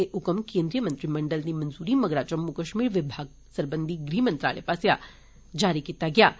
एह ह्कम केन्द्रीय मंत्रिमंडल दी मंजूरी मगरा जम्मू कष्मीर विभाग सरबंधी ग़ह मंत्रालय पास्सैआ जारी कीता गेआ ऐ